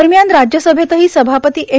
दरम्यान राज्यसभेतही सभापती एम